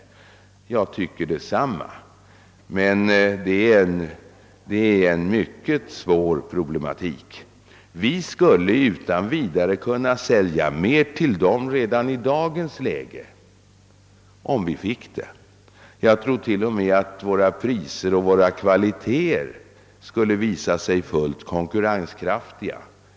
Jag tycker detsamma, men detta är en mycket svår problematik. Vi skulle utan vidare kunna sälja mer till dessa länder i dagens läge, om vi fick det. Jag tror t.o.m. att våra priser och våra kvalitéer skulle visa sig fullt konkurrenskraftiga.